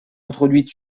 introduite